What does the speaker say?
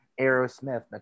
aerosmith